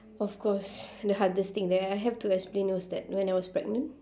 of course the hardest thing that I have to explain was that when I was pregnant